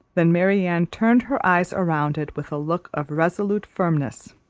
than marianne turned her eyes around it with a look of resolute firmness,